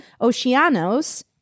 Oceanos